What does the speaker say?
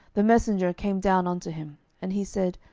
the messenger came down unto him and he said,